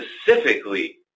specifically